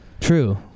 True